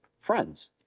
friends